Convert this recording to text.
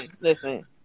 listen